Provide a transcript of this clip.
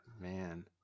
man